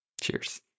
Cheers